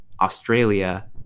Australia